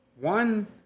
One